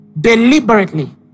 deliberately